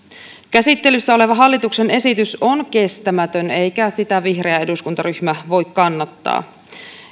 käsittelyssä oleva hallituksen esitys on kestämätön eikä sitä vihreä eduskuntaryhmä voi kannattaa